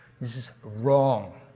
this is wrong,